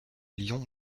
lions